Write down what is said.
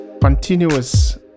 continuous